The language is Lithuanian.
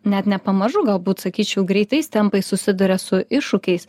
net ne pamažu galbūt sakyčiau greitais tempais susiduria su iššūkiais